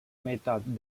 meitat